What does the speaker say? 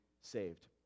saved